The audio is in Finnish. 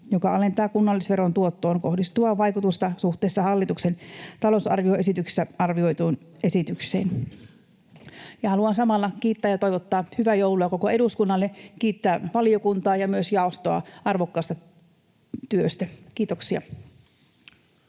joka alentaa kunnallisveron tuottoon kohdistuvaa vaikutusta suhteessa hallituksen talousarvioesityksessä arvioituun esitykseen. Haluan samalla kiittää ja toivottaa hyvää joulua koko eduskunnalle, kiittää valiokuntaa ja myös jaostoa arvokkaasta työstä. — Kiitoksia.